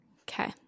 Okay